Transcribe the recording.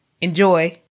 Enjoy